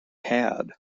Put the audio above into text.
had